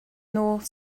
nos